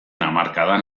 hamarkadan